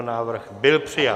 Návrh byl přijat.